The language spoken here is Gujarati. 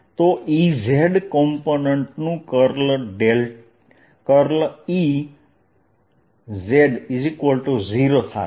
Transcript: તો Ez કમ્પોનન્ટનું કર્લ z0 થશે